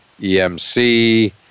EMC